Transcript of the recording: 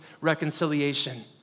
reconciliation